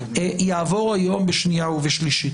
יעבור היום בקריאה שנייה ושלישית,